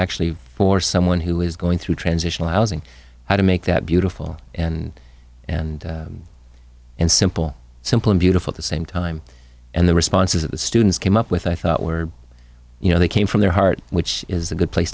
actually for someone who is going through transitional housing how to make that beautiful and simple simple and beautiful the same time and the responses that the students came up with i thought were you know they came from their heart which is a good place